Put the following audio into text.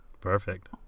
Perfect